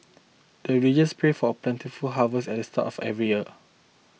the villagers pray for plentiful harvest at start of every year